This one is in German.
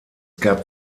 gab